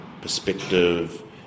perspective